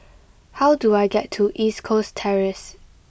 how do I get to East Coast Terrace